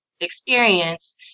experience